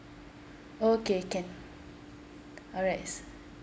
okay can alright